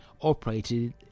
operated